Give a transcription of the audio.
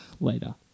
later